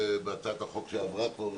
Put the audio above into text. בהצעת החוק שעברה פה,